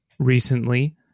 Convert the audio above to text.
Recently